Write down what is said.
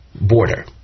border